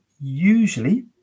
usually